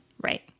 right